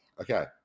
Okay